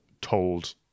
told